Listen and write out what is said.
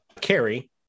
carry